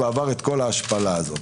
את כל ההשפלה הזו.